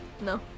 No